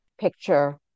picture